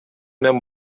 мен